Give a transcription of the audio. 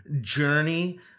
journey